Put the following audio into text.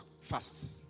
fast